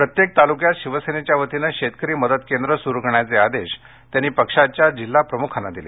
प्रत्येक तालुक्यात शिवसेनेच्या वतीनं शेतकरी मदत केंद्र सुरू करण्याचे आदेश त्यांनी पक्षाच्या जिल्हाप्रमुखांना यावेळी दिले